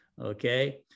okay